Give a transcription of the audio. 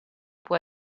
può